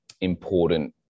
important